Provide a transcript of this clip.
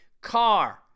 car